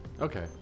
Okay